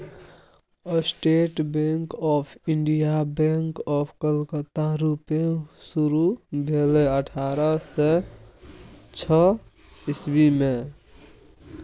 state bank of India, bank of Calcutta रुपे शुरु भेलै अठारह सय छअ इस्बी मे